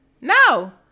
No